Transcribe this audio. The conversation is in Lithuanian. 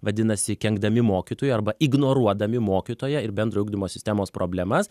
vadinasi kenkdami mokytojui arba ignoruodami mokytoją ir bendro ugdymo sistemos problemas